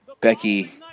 becky